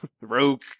rogue